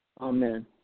Amen